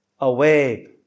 away